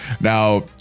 now